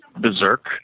berserk